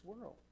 world